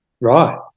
Right